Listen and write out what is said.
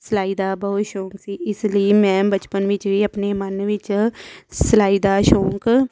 ਸਿਲਾਈ ਦਾ ਬਹੁਤ ਸ਼ੋਂਕ ਸੀ ਇਸ ਲਈ ਮੈਂ ਬਚਪਨ ਵਿੱਚ ਵੀ ਆਪਣੇ ਮਨ ਵਿੱਚ ਸਿਲਾਈ ਦਾ ਸ਼ੌਂਕ